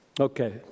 Okay